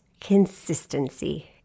consistency